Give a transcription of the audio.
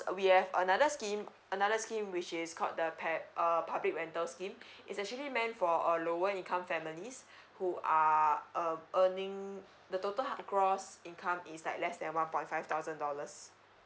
we have another scheme another scheme which is called the pe~ uh public rental scheme it's actually meant for uh lower income families who are uh earning the total gross income is like less than one point five thousand dollars